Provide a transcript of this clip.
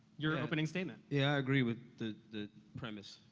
your opening statement. yeah, i agree with the the premise.